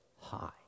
High